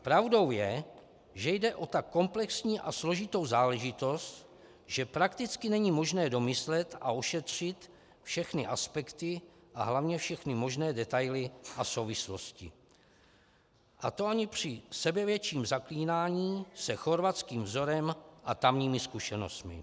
Pravdou je, že jde o tak komplexní a složitou záležitost, že prakticky není možné domyslet a ošetřit všechny aspekty a hlavně všechny možné detaily a souvislosti, a to ani při sebevětším zaklínáním se chorvatským vzorem a tamními zkušenostmi.